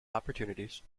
opportunities